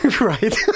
Right